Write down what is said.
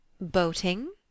Boating